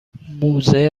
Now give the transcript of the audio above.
موزه